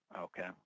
Okay